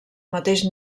mateix